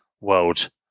world